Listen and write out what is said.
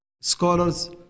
scholars